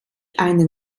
eine